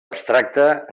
abstracte